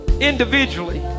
individually